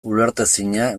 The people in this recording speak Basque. ulertezina